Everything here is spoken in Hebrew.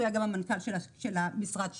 הוא היה גם המנכ"ל של המשרד שלי,